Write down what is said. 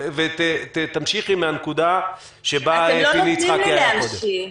תמשיכי מהנקודה שבה פיני יצחקי היה קודם.